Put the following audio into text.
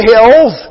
hills